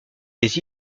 des